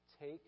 take